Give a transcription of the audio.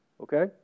Okay